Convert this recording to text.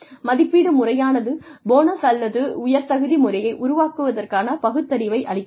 மதிப்பீட்டு முறையானது போனஸ் அல்லது உயர்தகுதி முறையை உருவாக்குவதற்கான பகுத்தறிவை அளிக்கிறது